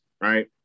Right